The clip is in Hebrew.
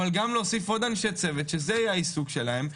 אבל גם להוסיף עוד אנשי צוות שזה יהיה העיסוק שלהם.